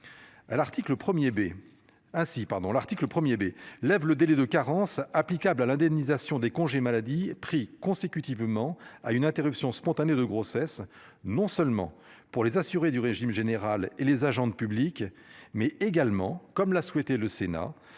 l'article 1er bé lève le délai de carence applicable à l'indemnisation des congés maladie prix consécutivement à une interruption spontanée de grossesse non seulement pour les assurés du régime général et les agents de public mais également, comme l'a souhaité le Sénat